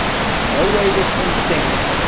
there's no way this thing stands,